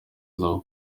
ako